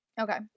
Okay